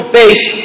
base